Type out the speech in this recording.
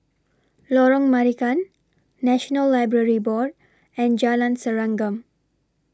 Lorong Marican National Library Board and Jalan Serengam